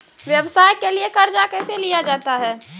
व्यवसाय के लिए कर्जा कैसे लिया जाता हैं?